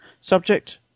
Subject